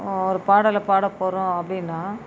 ஒரு பாடலை பாடப் போகிறோம் அப்படின்னா